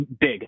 big